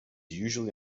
usually